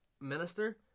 minister